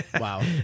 Wow